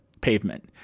pavement